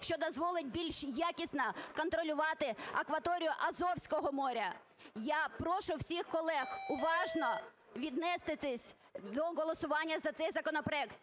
що дозволить більш якісно контролювати акваторію Азовського моря. Я прошу всіх колег уважно віднестись до голосування за цей законопроект,